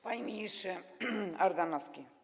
Panie Ministrze Ardanowski!